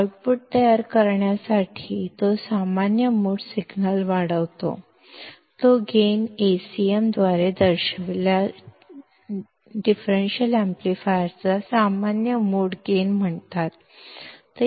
output ಅನ್ನು ನೀಡಲು ಇದು ಗೈನ್ ಅನ್ನು ಬಳಸಿಕೊಂಡು ಕಾಮನ್ ಮೋಡ್ ಸಿಗ್ನಲ್ ಅನ್ನು ಅಂಪ್ಲಿಫ್ಯ್ ಮಾಡುತ್ತದೆ ಇದನ್ನು Acm ನಿಂದ ಸೂಚಿಸಲಾಗುತ್ತದೆ ಇದನ್ನು ಡಿಫರೆನ್ಷಿಯಲ್ ಆಂಪ್ಲಿಫೈಯರ್ನ ಕಾಮನ್ ಮೋಡ್ ಗೈನ್ ಎಂದು ಕರೆಯಲಾಗುತ್ತದೆ